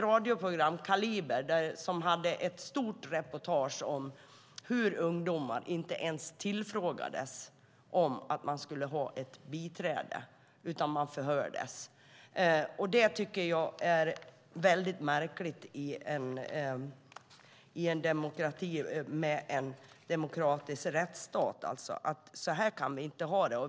Radioprogrammet Kaliber hade ett stort reportage om ungdomar som inte ens tillfrågades om de ville ha ett biträde, utan de förhördes utan. Att sådant förekommer i en demokratisk rättsstat tycker jag är mycket märkligt. Så kan vi inte ha det.